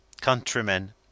Countrymen